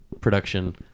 production